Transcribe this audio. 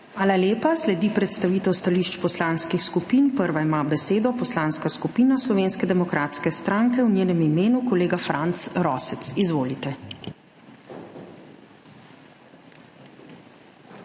Hvala lepa. Sledi predstavitev stališč poslanskih skupin. Prva ima besedo Poslanska skupina Slovenske demokratske stranke, v njenem imenu kolega Franc Rosec. Izvolite.